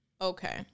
Okay